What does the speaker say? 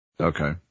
Okay